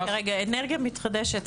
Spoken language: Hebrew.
אנרגיה מתחדשת.